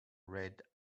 red